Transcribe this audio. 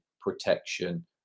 protection